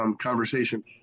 conversation